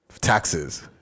taxes